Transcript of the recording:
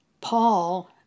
Paul